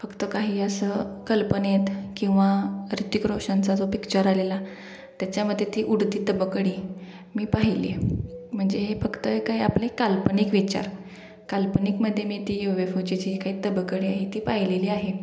फक्त काही असं कल्पनेत किंवा ह्रितिक रोशनचा जो पिक्चर आलेला त्याच्यामध्ये ती उडती तबकडी मी पाहिली आहे म्हणजे हे फक्त काय आपले काल्पनिक विचार काल्पनिकमध्ये मी ती यू एफ ओचे जे काही तबकडी आहे ती पाहिलेली आहे